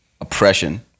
oppression